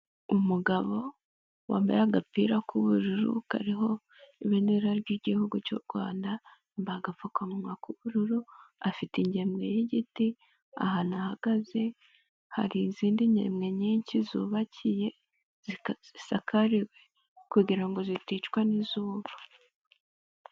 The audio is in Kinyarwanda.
Umugabo wambaye agapira k'ubururu kariho ibendera ry'igihugu cy'u Rwanda, agapfukamunwa k'ubururu afite ingemwe y'igiti, ahantu ahagaze hari izindi ngemwe nyinshi zubakiye, zisakariwe kugira ngo ziticwa n'izuba.